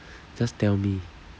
just tell me